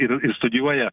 ir ir studijuoja